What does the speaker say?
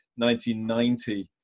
1990